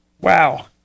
Wow